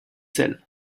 sels